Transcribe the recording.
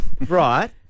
Right